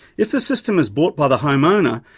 if the system is bought by the home owner,